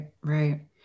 right